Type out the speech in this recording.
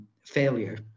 failure